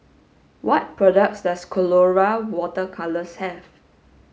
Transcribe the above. what products does Colora water colours have